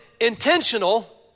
intentional